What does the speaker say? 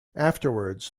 afterwards